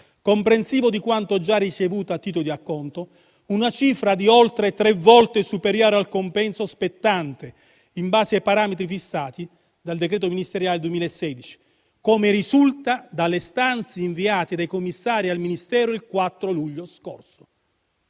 comprensivo di quanto già ricevuto a titolo di acconto: una cifra oltre tre volte superiore al compenso spettante, in base ai parametri fissati dal decreto ministeriale del 2016, come risulta dalle istanze inviate dai commissari al Ministero il 4 luglio scorso.